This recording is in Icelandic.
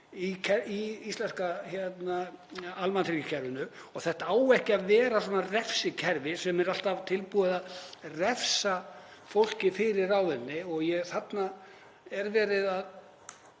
í íslenska almannatryggingakerfinu. Þetta á ekki að vera refsikerfi sem er alltaf tilbúið að refsa fólki fyrir ráðdeild. Þarna er verið að